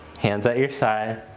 hands at your side,